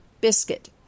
biscuit